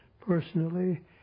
personally